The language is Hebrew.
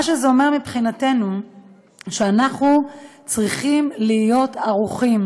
מה שזה אומר מבחינתנו הוא שאנחנו צריכים להיות ערוכים.